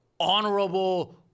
honorable